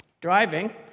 driving